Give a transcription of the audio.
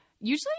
usually